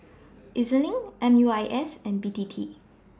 E Z LINK M U I S and B T T